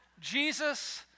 Jesus